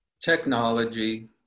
technology